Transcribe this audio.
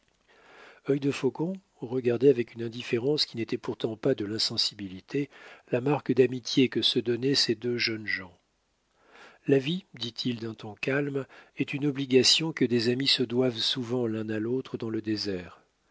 yeux de duncan œil de faucon regardait avec une indifférence qui n'était pourtant pas de l'insensibilité la marque d'amitié que se donnaient ces deux jeunes gens la vie dit-il d'un ton calme est une obligation que des amis se doivent souvent l'un à l'autre dans le désert